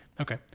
Okay